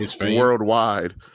worldwide